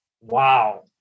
wow